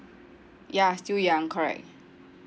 ya still young correct